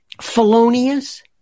felonious